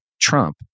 Trump